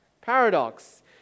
Paradox